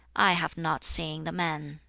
i have not seen the men.